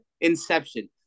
Inception